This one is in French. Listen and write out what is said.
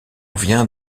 vient